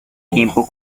tiempo